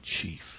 chief